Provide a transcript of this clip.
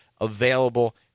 available